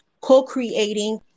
co-creating